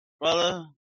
brother